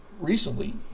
recently